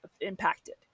impacted